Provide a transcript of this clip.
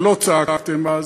ולא צעקתם אז.